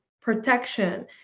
protection